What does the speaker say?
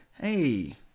hey